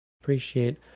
appreciate